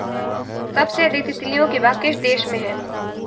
सबसे अधिक तितलियों के बाग किस देश में हैं?